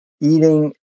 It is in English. eating